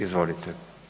Izvolite.